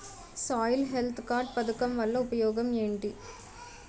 Soil health card పథకం వల్ల ఉపయోగం ఏంటి?